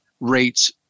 rates